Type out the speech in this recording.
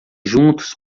juntos